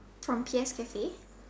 from K_S Coffee